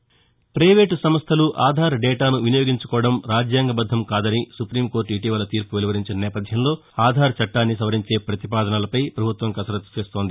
private సంస్టలు ఆధార్ డేటాను వినియోగించుకోవడం రాజ్యాంగ బద్దం కాదని సుప్రీం కోర్టు ఇటీవల తీర్పు వెలువరించిన నేపధ్యంలో ఆధార్ చట్టాన్ని సవరించే పతిపాదనలపై పభుత్వం కసరత్తు చేస్తోంది